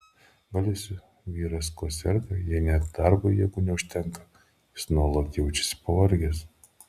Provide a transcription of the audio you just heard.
gal jūsų vyras kuo serga jei net darbui jėgų neužtenka jis nuolat jaučiasi pavargęs